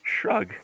shrug